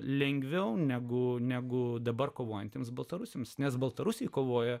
lengviau negu negu dabar kovojantiems baltarusiams nes baltarusija kovoja